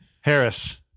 Harris